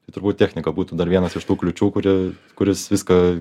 turbūt technika būtų dar vienas iš tų kliūčių kuri kuris viską